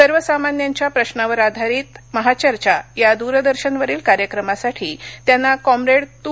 सर्व सामान्यांच्या प्रश्नावरआधारित महाचर्चा या दूरदर्शनवरील कार्यक्रमासाठी त्यांना कॉम्रेड तु